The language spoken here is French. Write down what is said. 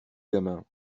gamin